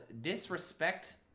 Disrespect